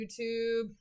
YouTube